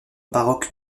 baroque